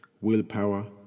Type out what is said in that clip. willpower